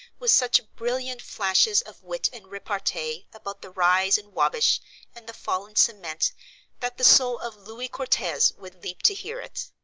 with such brilliant flashes of wit and repartee about the rise in wabash and the fall in cement that the soul of louis quatorze would leap to hear it.